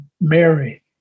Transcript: Mary